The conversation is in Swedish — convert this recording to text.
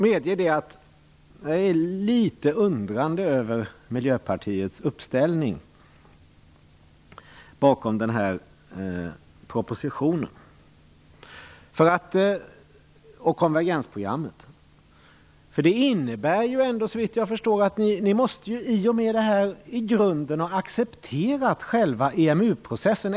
Jag medger att jag är litet undrande över Miljöpartiets uppställning bakom propositionen och konvergensprogrammet. Det innebär, såvitt jag förstår, att ni i grunden måste ha accepterat själva EMU-processen.